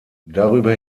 darüber